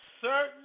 certain